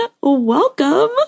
welcome